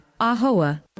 Ahoa